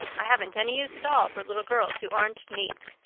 i haven't any use at all for little girls who aren't neat.